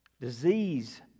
disease